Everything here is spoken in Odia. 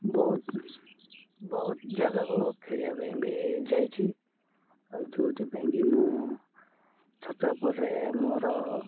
ବହୁତ ବହୁତ ଜାଗାକୁ ଖେଳିବା ପାଇଁ ବି ଯାଇଛି ଆଉ ଯେଉଁଥି ପାଇଁ କି ମୁଁ ଛତ୍ରପୁରରେ ମୋର